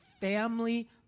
family